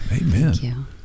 Amen